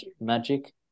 magic